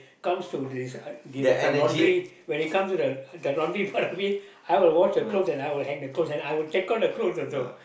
comes to this this kind laundry when it comes to the the laundry part I mean I will wash the clothes and I will hang the clothes and I will take out the clothes also